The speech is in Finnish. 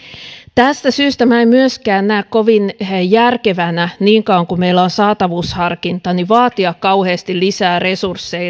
tästä syystä minä en myöskään näe kovin järkevänä niin kauan kuin meillä on saatavuusharkinta vaatia kauheasti lisää